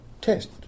test